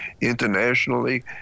internationally